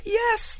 yes